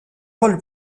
rôle